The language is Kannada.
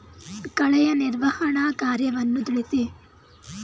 ಕಳೆಯ ನಿರ್ವಹಣಾ ಕಾರ್ಯವನ್ನು ತಿಳಿಸಿ?